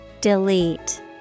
Delete